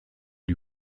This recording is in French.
lui